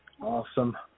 awesome